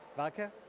vodka.